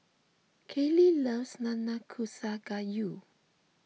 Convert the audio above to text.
Kailey loves Nanakusa Gayu